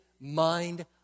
mind